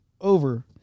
over